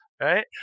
right